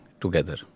together